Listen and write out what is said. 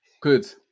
Good